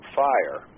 fire